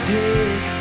take